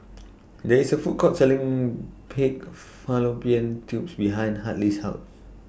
There IS A Food Court Selling Pig Fallopian Tubes behind Hartley's House